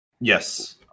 Yes